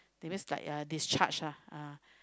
they just like uh discharge lah ah